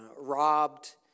robbed